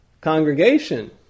congregation